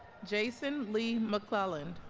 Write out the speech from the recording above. jason lee mcclelland